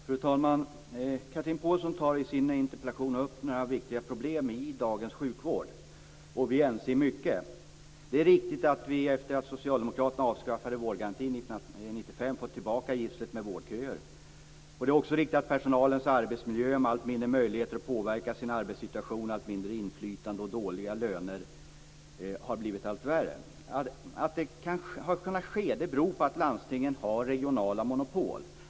Fru talman! Chatrine Pålsson tar i sin interpellation upp några viktiga problem i dagens sjukvård, och vi är ense i mycket. Det är riktigt att vi efter det att socialdemokraterna avskaffade vårdgarantin 1995 har fått tillbaka gisslet med vårdköer. Det är också riktigt att personalens arbetsmiljö har blivit allt sämre med allt mindre möjligheter att påverka sin arbetssituation, allt mindre inflytande och dåliga löner. Att detta har kunnat ske beror på att landstingen har regionala monopol.